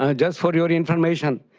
ah just for your information,